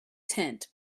tent